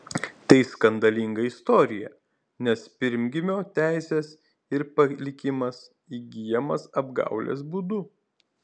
tai skandalinga istorija nes pirmgimio teisės ir palikimas įgyjamas apgaulės būdu